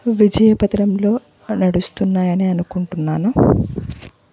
విజయపథనంలో నడుస్తున్నాయనే అనుకుంటున్నాను